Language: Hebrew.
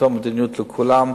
זו אותה מדיניות לכולם.